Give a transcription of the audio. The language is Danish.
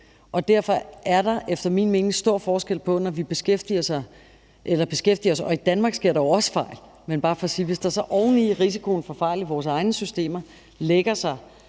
Derfor er der efter min mening stor forskel på, hvad vi beskæftiger os med. Og i Danmark sker der jo også fejl. Men det er bare for at sige, at hvis der så oven i risikoen for fejl i vores egne systemer lægger sig,